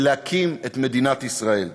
ולהקים את מדינת ישראל.